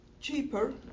cheaper